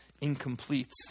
incomplete